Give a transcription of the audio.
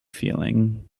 feeling